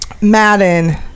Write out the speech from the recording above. Madden